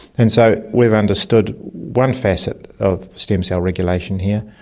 and so we've understood one facet of stem cell regulation here.